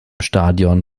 stadion